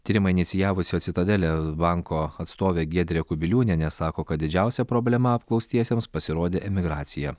tyrimą inicijavusio citadelė banko atstovė giedrė kubiliūnienė sako kad didžiausia problema apklaustiesiems pasirodė emigracija